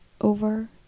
over